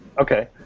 Okay